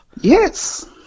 yes